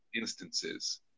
instances